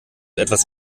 etwas